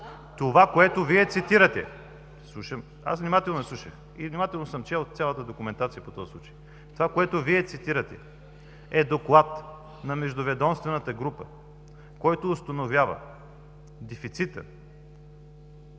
Йорданова .) Аз внимателно Ви слушах и внимателно съм чел цялата документация по този случай. Това, което Ви цитирате, е доклад на Междуведомствената група, който установява дефицита